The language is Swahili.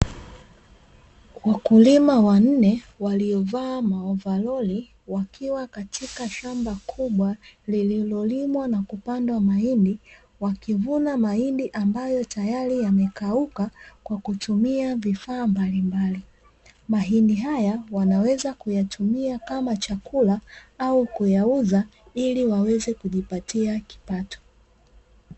Wakulima wanne waliovaa maovaroli wakiwa katika shamba kubwa lililolomwa ma kupandwa mahindi wakivuna mahindi ambayo tayari yamekauka kwa kutumia vifaa mbalimbali, mahindi haya wanaweza kuyatumia kama chakula au kuyauza ili waweze kujipatia chakula.